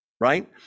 right